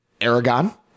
Aragon